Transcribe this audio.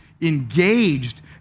engaged